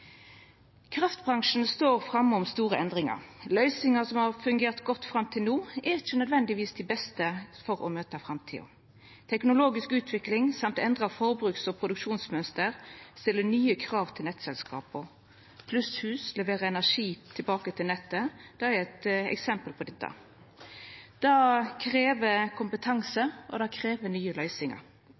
Kraftbransjen står framom store endringar. Løysingar som har fungert godt fram til no, er ikkje nødvendigvis dei beste for å møta framtida. Teknologisk utvikling og endra forbruks- og produksjonsmønster stiller nye krav til nettselskapa. Plusshus, som leverer energi tilbake til nettet, er eit eksempel på dette. Det krev kompetanse, og det krev nye løysingar.